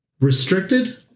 Restricted